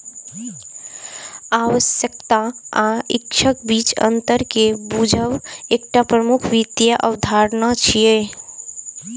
आवश्यकता आ इच्छाक बीचक अंतर कें बूझब एकटा प्रमुख वित्तीय अवधारणा छियै